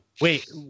Wait